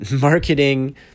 marketing